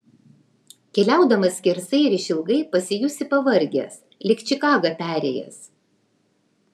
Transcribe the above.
keliaudamas skersai ir išilgai pasijusi pavargęs lyg čikagą perėjęs